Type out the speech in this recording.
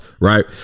right